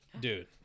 dude